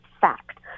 fact